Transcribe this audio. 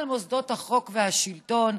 על מוסדות החוק והשלטון,